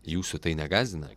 jūsų tai negąsdina